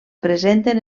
presenten